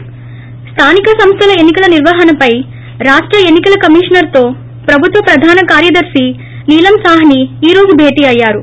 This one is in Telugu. ి స్దానిక సంస్దల ఎన్నికల నిర్వహణపై రాష్ట ఎన్నికల కమిషనర్ తో ప్రభుత్వ ప్రధాన కార్యదర్ని నీలం సాహ్ని ఈ రోజు భేటీ అయ్యారు